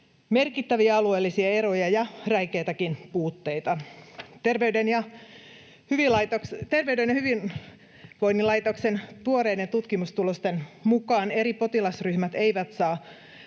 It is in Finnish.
merkittäviä alueellisia eroja ja räikeitäkin puutteita. Terveyden ja hyvinvoinnin laitoksen tuoreiden tutkimustulosten mukaan eri potilasryhmät eivät saa